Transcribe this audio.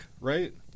right